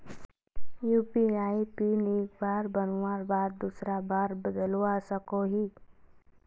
UPI pin एक बार बनवार बाद दूसरा बार बदलवा सकोहो ही?